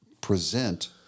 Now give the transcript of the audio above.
present